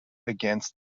against